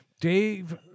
Dave